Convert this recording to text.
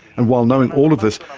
and while knowing all of this,